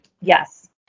Yes